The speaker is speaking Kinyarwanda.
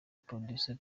producer